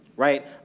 Right